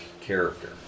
character